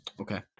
Okay